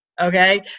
Okay